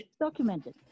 documented